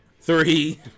Three